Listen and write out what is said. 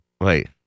Wait